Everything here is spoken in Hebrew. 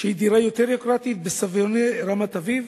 דירה יותר יוקרתית ב"סביוני רמת-אביב",